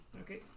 Okay